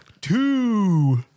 Two